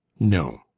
no.